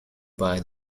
buy